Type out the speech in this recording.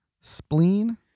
spleen